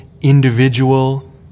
individual